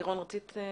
לירון, בבקשה.